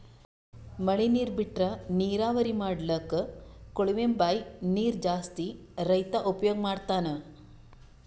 ಮಳಿ ನೀರ್ ಬಿಟ್ರಾ ನೀರಾವರಿ ಮಾಡ್ಲಕ್ಕ್ ಕೊಳವೆ ಬಾಂಯ್ ನೀರ್ ಜಾಸ್ತಿ ರೈತಾ ಉಪಯೋಗ್ ಮಾಡ್ತಾನಾ